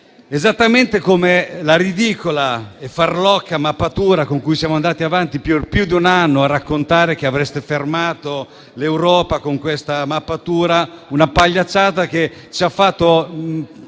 Esattamente come è ridicola e farlocca la mappatura con cui siamo andati avanti per più di un anno a raccontare che avreste fermato l'Europa: una pagliacciata che ci ha esposti